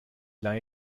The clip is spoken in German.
lange